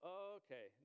okay